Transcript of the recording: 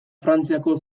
frantziako